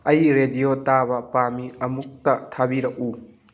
ꯑꯩ ꯔꯦꯗꯤꯑꯣ ꯇꯥꯕ ꯄꯥꯝꯃꯤ ꯑꯃꯨꯛꯇ ꯊꯥꯕꯤꯔꯛꯎ